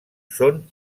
són